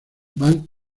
van